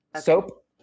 Soap